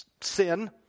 sin